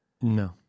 No